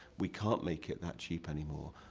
we can't make it that cheap anymore.